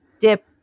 dip